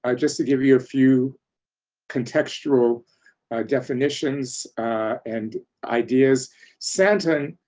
ah just to give you a few contextual definitions and ideas sandton